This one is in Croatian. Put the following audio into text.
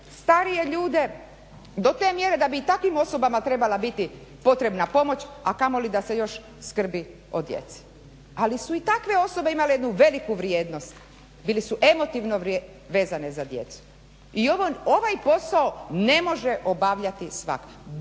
starije ljude do te mjere da bi i takvim osobama trebala biti potrebna pomoć, a kamoli da se još skrbi o djeci. Ali su i takve osobe imale jednu veliku vrijednost, bile su emotivno vezane za djecu. I ovaj posao ne može obavljati svatko,